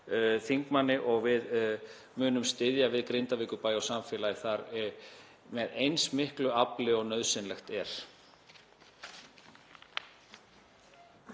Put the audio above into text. þingmanni og við munum styðja við Grindavíkurbæ og samfélagið þar með eins miklu afli og nauðsynlegt er.